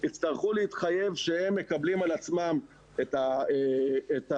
יצטרכו להתחייב שהם מקבלים על עצמם את הכללים